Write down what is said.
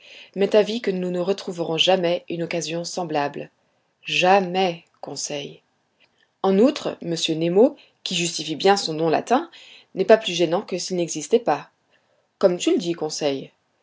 m'est avis que nous ne retrouverons jamais une occasion semblable jamais conseil en outre monsieur nemo qui justifie bien son nom latin n'est pas plus gênant que s'il n'existait pas comme tu le dis conseil